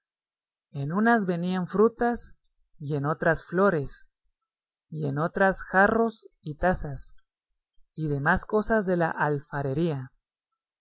en unas venían frutas y en otras flores y en otras jarros y tazas y demás cosas de la alfarería